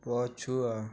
ପଛୁଆ